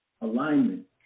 alignment